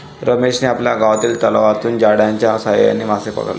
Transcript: रमेशने आपल्या गावातील तलावातून जाळ्याच्या साहाय्याने मासे पकडले